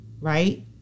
right